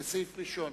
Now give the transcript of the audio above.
כסעיף ראשון,